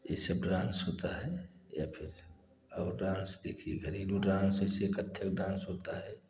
ये सब डांस होता है या फिर डांस देखिए घरेलू डांस जैसे कत्थक डांस होता है